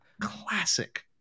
classic